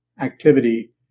activity